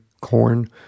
corn